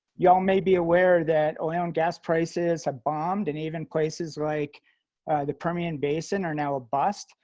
y'all may be aware that oil and gas prices have bombed, and even places like the permian basin are now a bust.